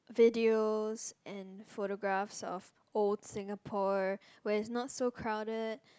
videos and photographs of old Singapore where it's not so crowded